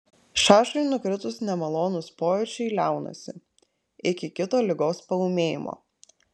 šašui nukritus nemalonūs pojūčiai liaunasi iki kito ligos paūmėjimo